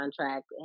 contract